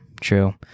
true